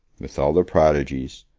with all their prodigies,